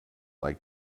like